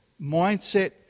Mindset